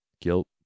Guilt